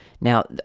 Now